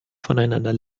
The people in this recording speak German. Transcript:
voneinander